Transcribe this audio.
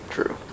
True